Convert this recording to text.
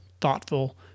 Thoughtful